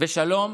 ושלום